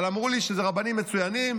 אבל אמרו לי שאלה רבנים מצוינים.